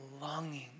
longing